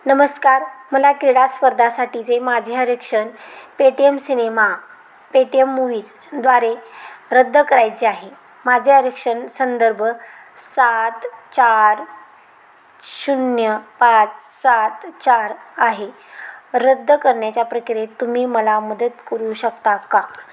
नमस्कार मला क्रीडा स्पर्धासाठीचे माझे अरक्षण पेटीएम सिनेमा पेटीएम मुव्हीजद्वारे रद्द करायचे आहे माझे अरक्षण संदर्भ सात चार शून्य पाच सात चार आहे रद्द करण्याच्या प्रक्रियेत तुम्ही मला मदत करू शकता का